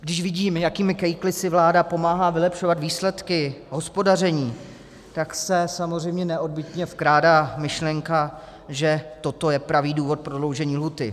Když vidím, jakými kejkli si vláda pomáhá vylepšovat výsledky hospodaření, tak se samozřejmě neodbytně vkrádá myšlenka, že toto je pravý důvod prodloužení lhůty.